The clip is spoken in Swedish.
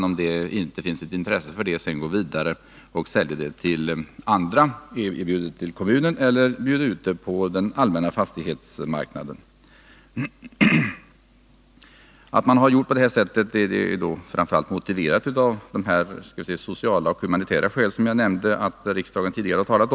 Om det inte finns intresse för detta kan staten gå vidare och erbjuda kommunen att köpa fastigheten eller bjuda ut den på den allmänna fastighetsmarknaden. Denna ordning är framför allt motiverad av sociala och humanitära hänsyn.